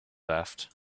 left